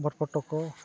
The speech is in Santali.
ᱵᱷᱳᱴ ᱯᱷᱳᱴᱳ ᱠᱚ